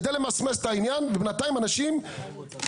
על מנת למסמס את העניין ובינתיים אנשים מסתכנים.